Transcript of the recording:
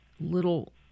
little